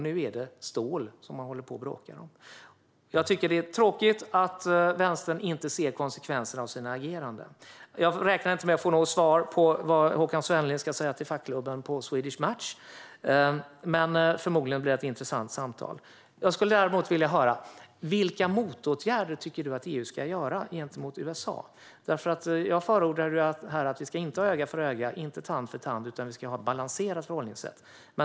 Nu är det stål som man bråkar om. Jag tycker att det är tråkigt att Vänstern inte ser konsekvenserna av sitt agerande. Jag räknar inte med att få något svar på vad Håkan Svenneling ska säga till fackklubben på Swedish Match. Förmodligen blir det ett intressant samtal. Jag skulle däremot vilja höra vilka motåtgärder Håkan Svenneling tycker att EU ska vidta gentemot USA. Jag förordar ju att vi inte ska ha öga för öga och tand för tand utan ett balanserat förhållningssätt.